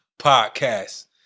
podcast